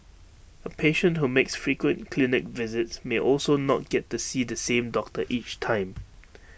A patient who makes frequent clinic visits may also not get to see the same doctor each time